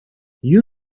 you